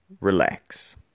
relax